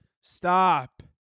Stop